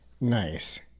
Nice